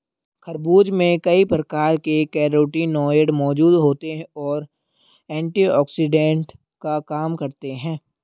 खरबूज में कई प्रकार के कैरोटीनॉयड मौजूद होते और एंटीऑक्सिडेंट का काम करते हैं